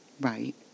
Right